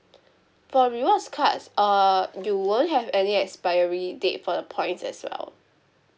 for rewards card uh you won't have any expiry date for the points as well